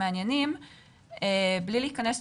באוכלוסייה הבגירה היהודית האחוז הוא